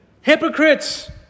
Hypocrites